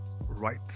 right